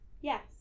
yes